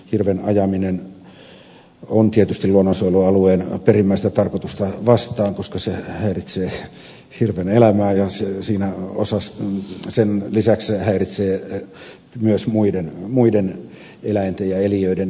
hirven ajaminen on tietysti luonnonsuojelualueen perimmäistä tarkoitusta vastaan koska se häiritsee hirven elämää ja sen lisäksi se häiritsee myös muiden eläinten ja eliöiden elämää siellä